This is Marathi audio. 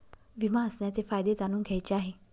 विमा असण्याचे फायदे जाणून घ्यायचे आहे